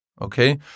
Okay